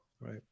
Right